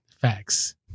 Facts